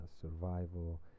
survival